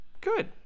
Good